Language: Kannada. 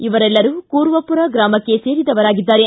ಇವರೆಲ್ಲರೂ ಕುರ್ವಪುರ ಗ್ರಾಮಕ್ಕೆ ಸೇರಿದವರಾಗಿದ್ದಾರೆ